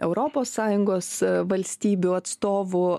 europos sąjungos valstybių atstovų